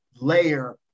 layer